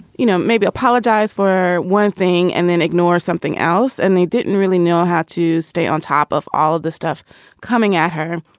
you know, maybe apologize for one thing and then ignore something else. and they didn't really know how to stay on top of all of the stuff coming at her.